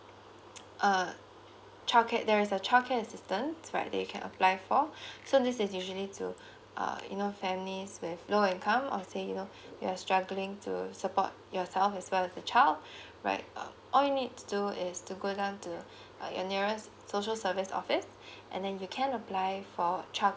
uh childcare there's a childcare assistance right they can apply for so this is usually to uh you know families is with low income or say you know you're struggling to support yourself as well as the child right uh all you need to do is to go down to the uh your nearest so service office and then you can apply for